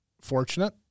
fortunate